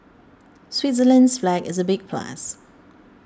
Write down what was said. Switzerland's flag is a big plus